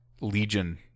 Legion